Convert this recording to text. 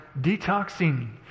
detoxing